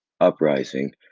uprising